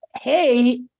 Hey